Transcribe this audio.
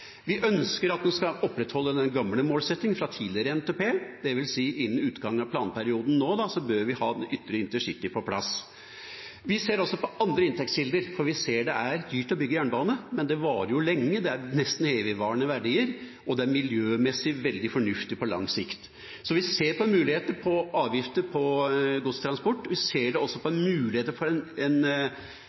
Vi ønsker at man skal opprettholde den gamle målsettingen fra tidligere NTP-er. Det vil si at innen utgangen av planperioden nå bør vi ha ytre intercity på plass. Vi ser også på andre inntektskilder, for vi ser at det er dyrt å bygge jernbane. Men det varer jo lenge, det er nesten evigvarende verdier, og det er miljømessig veldig fornuftig på lang sikt. Så vi ser på muligheter for avgifter på godstransport, vi ser også på mulighet for en tier for